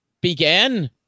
began